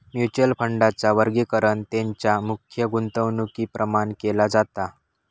mutual फंडांचा वर्गीकरण तेंच्या मुख्य गुंतवणुकीप्रमाण केला जाता